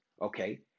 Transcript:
Okay